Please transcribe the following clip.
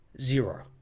zero